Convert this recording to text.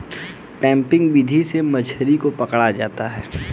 trapping विधि से मछली को पकड़ा होता है